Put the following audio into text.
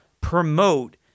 promote